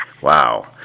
Wow